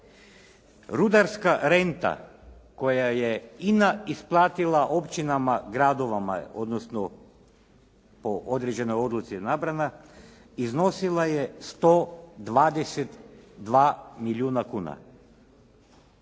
rudarska renta koja je INA isplatila općinama, gradovima, odnosno po određenoj odluci nabrana iznosila je 122 milijuna kuna.